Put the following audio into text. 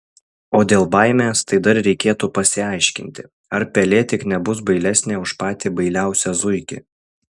o dėl baimės tai dar reikėtų pasiaiškinti ar pelė tik nebus bailesnė už patį bailiausią zuikį